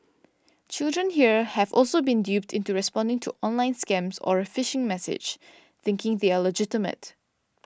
children here have also been duped into responding to online scams or a phishing message thinking they are legitimate